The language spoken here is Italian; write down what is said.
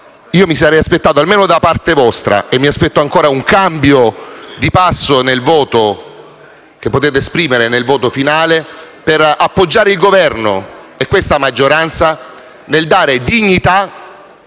mi sarei aspettato almeno da parte vostra - e me lo aspetto ancora - un cambio di passo nel voto finale che esprimerete per appoggiare il Governo e questa maggioranza nel dare dignità